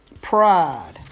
pride